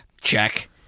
Check